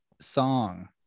song